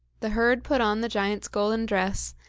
the herd put on the giant's golden dress,